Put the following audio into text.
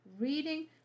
reading